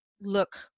look